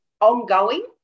ongoing